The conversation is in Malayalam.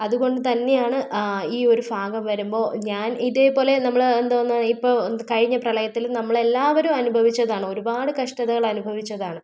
അതുകൊണ്ട് തന്നെയാണ് ഈ ഒരു ഭാഗം വരുമ്പോ ഞാൻ ഇതേപോലെ നമ്മള് എന്തോന്ന് ഇപ്പോ എന്താ കഴിഞ്ഞ പ്രളയത്തിലും നമ്മൾ എല്ലാവരും അനുഭവിച്ചതാണ് ഒരുപാട് കഷ്ടതകൾ അനുഭവിച്ചതാണ്